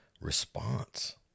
response